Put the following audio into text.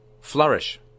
flourish